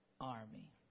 army